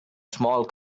small